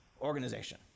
organization